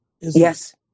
Yes